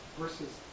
versus